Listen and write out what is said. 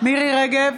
מירי מרים רגב,